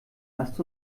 lasst